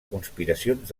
conspiracions